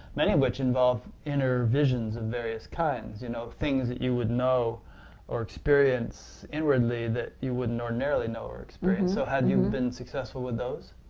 many of which involve inner visions of various kinds, you know things that you would know or experience inwardly that you wouldn't ordinarily know or experience so had you been successful with those?